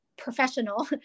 professional